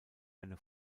eine